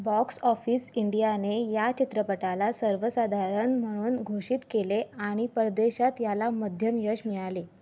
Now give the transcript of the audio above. box office इंडियाने या चित्रपटाला सर्वसाधारण म्हणून घोषित केले आणि परदेशात याला मध्यम यश मिळाले